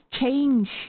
change